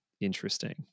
interesting